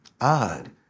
Odd